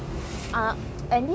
!aiyo!